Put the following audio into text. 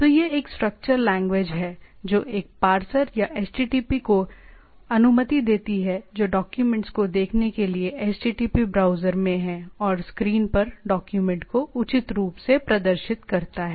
तो यह एक स्ट्रक्चर लैंग्वेज है जो एक पार्सर या HTTP को अनुमति देती है जो डाक्यूमेंट्स को देखने के लिए HTTP ब्राउज़र में है और स्क्रीन पर डॉक्यूमेंट को उचित रूप से प्रदर्शित करता है